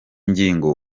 ngingo